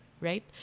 right